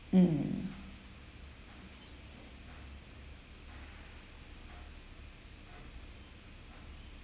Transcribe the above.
mm